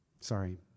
Sorry